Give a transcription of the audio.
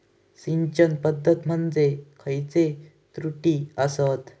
सिंचन पद्धती मध्ये खयचे त्रुटी आसत?